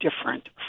different